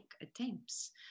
attempts